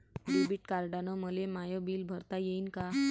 Debit कार्डानं मले माय बिल भरता येईन का?